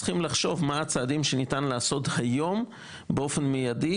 צריכים לחשוב מה הצעדים שניתן לעשות היום באופן מידי,